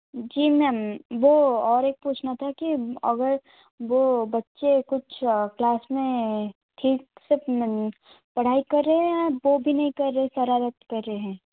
जी ma'am वो और एक पूछना था कि अगर वो बच्चे कुछ क्लास में ठीक से पढ़ाई कर रहे हैं वो भी नहीं कर रहे है शरारत कर रहे हैं